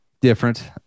different